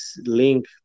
link